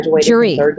jury